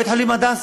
בית-החולים "הדסה",